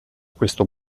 questo